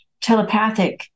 telepathic